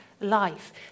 life